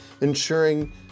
ensuring